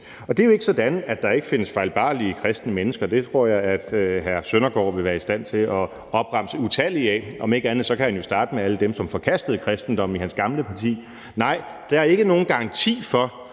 Det er jo ikke sådan, at der ikke findes fejlbarlige kristne mennesker. Dem tror jeg hr. Søren Søndergaard vil være i stand til at opremse utallige af, om ikke andet kan han jo starte med alle dem, som forkastede kristendommen i hans gamle parti. Nej, der ikke nogen garanti for,